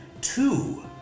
two